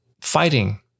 fighting